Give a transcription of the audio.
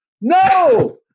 No